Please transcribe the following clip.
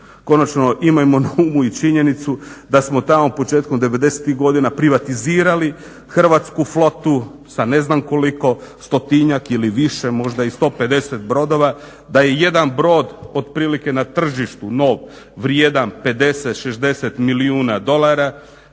Konačno imajmo na umu i činjenicu da smo tamo početkom devedesetih godina privatizirali Hrvatsku flotu sa ne znam koliko stotinjak ili više možda i 150 brodova da je jedan brod otprilike na tržištu nov vrijedan 50, 60 milijuna dolara,